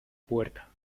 puerta